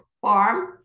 farm